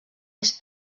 més